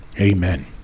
Amen